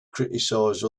criticize